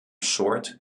short